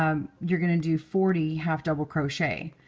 um you're going to do forty half double crochet.